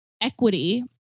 equity